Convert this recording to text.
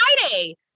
Friday